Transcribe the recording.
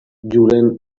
julen